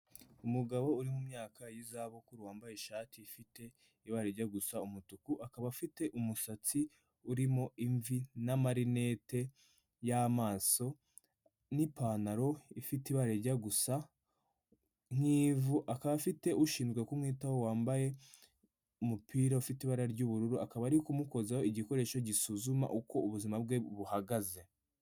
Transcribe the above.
Umugabo uri mu myaka y'izabukuru, wambaye ishati ifite ibara rijya gusa umutuku, akaba afite umusatsi urimo imvi n'amarinete y'amaso n'ipantaro ifite ibarajya gusa nk'ivu, akaba afite ushinzwe kumwitaho wambaye umupira ufite ibara ry'ubururu, akaba ari kumukozaho igikoresho gisuzuma uko ubuzima bwe buhagaze.